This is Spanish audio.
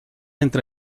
entre